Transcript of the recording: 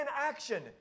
inaction